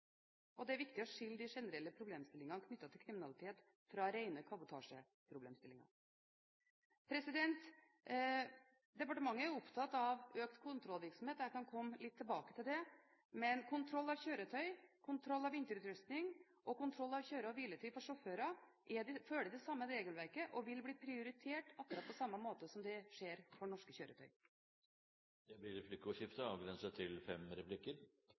og det er viktig å skille de generelle problemstillingene knyttet til kriminalitet fra rene kabotasjeproblemstillinger. Departementet er opptatt av økt kontrollvirksomhet, og jeg kan komme litt tilbake til det. Men kontroll av kjøretøy, kontroll av vinterutrustning og kontroll av kjøre- og hviletid for sjåfører følger det samme regelverket og vil bli prioritert på samme måte som for norske kjøretøy. Det blir replikkordskifte – også med statsrådens deltakelse. Det var hyggelig at statsråden ville svare på spørsmål. Jeg har bare lyst til